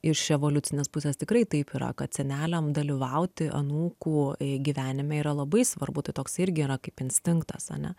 iš evoliucinės pusės tikrai taip yra kad seneliam dalyvauti anūkų gyvenime yra labai svarbu tai toks irgi yra kaip instinktas ane